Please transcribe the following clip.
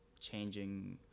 changing